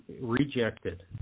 rejected